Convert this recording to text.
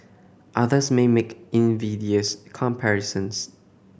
others may make invidious comparisons